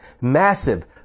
massive